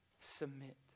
submit